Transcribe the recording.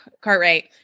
Cartwright